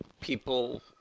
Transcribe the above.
people